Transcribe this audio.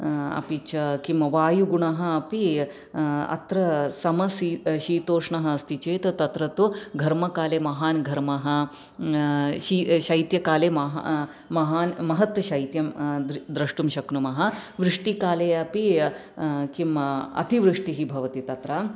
अपि च किं वायुगुणः अपि अत्र शितोष्णः अस्ति चेत् तत्र तु घर्मकाले महान् घर्मः शैत्यकाले महत् शैत्यं द्रष्टुं शक्नुमः वृष्टिकाले अपि किं अतिवृष्टिः भवति तत्र